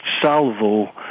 salvo